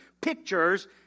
pictures